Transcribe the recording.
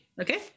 Okay